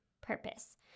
purpose